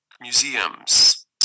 museums